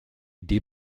idee